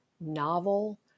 novel